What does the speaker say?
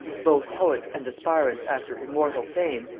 both poets and aspirants after immortal fame,